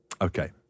Okay